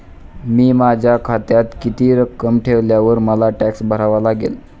मी माझ्या खात्यात किती रक्कम ठेवल्यावर मला टॅक्स भरावा लागेल?